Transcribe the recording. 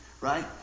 Right